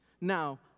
Now